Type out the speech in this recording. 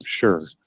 Sure